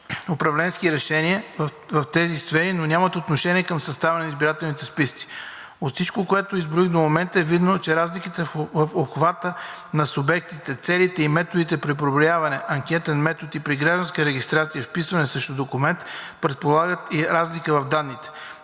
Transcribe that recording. управленски решения в тези сфери, но нямат отношение към съставянето на избирателните списъци. От всичко, което изброих до момента, е видно, че разликите в обхвата на субектите, целите и методите при преброяването – анкетен метод, и при гражданската регистрация – вписване срещу документ, предполагат и разлика в данните.